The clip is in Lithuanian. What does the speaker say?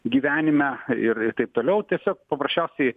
gyvenime ir ir taip toliau tiesiog paprasčiausiai